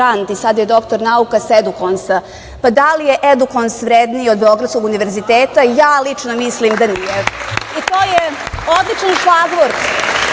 i sad je doktor nauka sa Edukonsa. Da li je Edukons vredniji od Beogradskog univerziteta, ja lično mislim da nije i to je odličan šlagvort